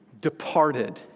departed